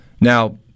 Now